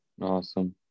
Awesome